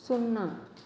शुन्ना